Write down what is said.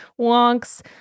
wonks